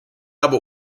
aber